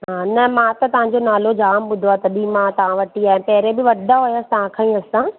हा न मां त तव्हांजो नालो जाम ॿुधो आहे तॾहिं मां तां वटि ई आयमि पहिरीं बि वरिता हुआ तव्हां खां ई असां